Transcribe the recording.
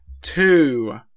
two